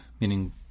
meaning